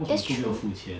cause 我都没有付钱